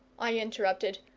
i interrupted.